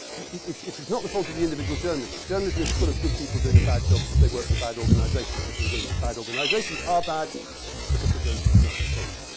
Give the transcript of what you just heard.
it's it's not the fault of the individual journalist. journalism is full of good people doing a bad job because they work for bad organizations. but the the bad organizations are bad because of those commercial problems.